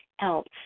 else